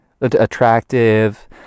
Attractive